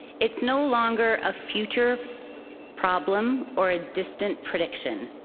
it's no longer a future problem or a distant prediction.